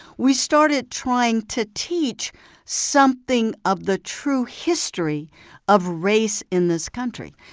we started trying to teach something of the true history of race in this country.